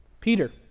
Peter